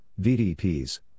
VDPs